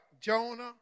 Jonah